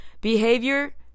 Behavior